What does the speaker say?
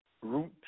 root